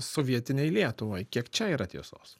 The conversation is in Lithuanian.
sovietinei lietuvai kiek čia yra tiesos